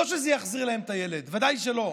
לא שזה יחזיר להן את הילד, ודאי שלא,